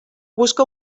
busca